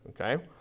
okay